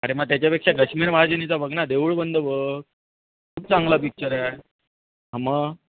अरे मग त्याच्यापेक्षा गश्मीर महाजनीचा बघ ना देऊळ बंद बघ खूप चांगला पिक्चर आहे हं मग